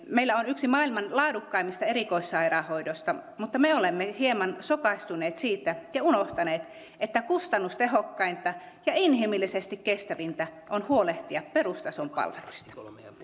meillä on yksi maailman laadukkaimmista erikoissairaanhoidoista mutta me olemme hieman sokaistuneet siitä ja unohtaneet että kustannustehokkainta ja inhimillisesti kestävintä on huolehtia perustason palveluista